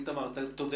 איתמר, תודה